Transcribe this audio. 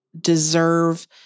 deserve